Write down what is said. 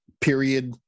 period